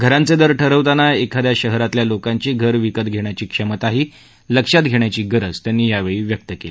घरांचे दर ठरवताना एखाद्या शहरातल्या लोकांची घर विकत घेण्याची क्षमताही लक्षात घेण्याची गरजही त्यांनी यावेळी व्यक्त केली